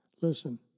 Listen